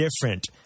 different